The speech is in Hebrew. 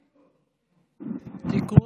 תיקון.